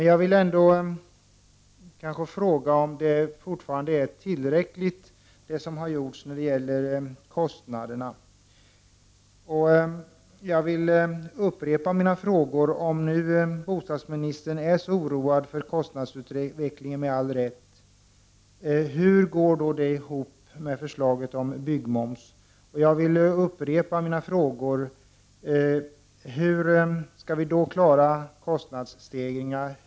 Jag frågar mig om de åtgärder som vidtagits när det gäller kostnaderna är tillräckliga. Jag upprepar mina frågor: Om nu bostadsministern med all rätt är så oroad över kostnadsutvecklingen, hur går då detta ihop med förslaget om byggmoms? Hur skall vi klara kostnadsstegringar?